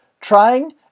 trying